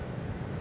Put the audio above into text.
or